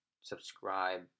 subscribe